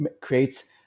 creates